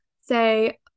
say